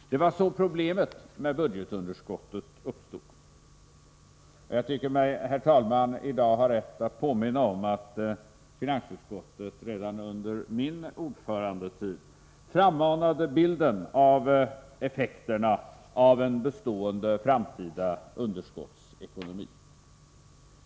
Det var så problemet med budgetunderskottet uppstod, och jag tycker mig, herr talman, i dag ha rätt att påminna om att finansutskottet redan under min ordförandetid frammanade bilden av effekterna av en bestående framtida underskottsekonomi.